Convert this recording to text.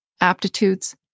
aptitudes